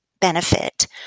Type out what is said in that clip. benefit